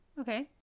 Okay